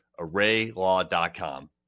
ArrayLaw.com